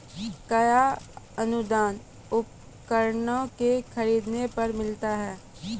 कया अनुदान उपकरणों के खरीद पर मिलता है?